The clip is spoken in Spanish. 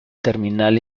terminal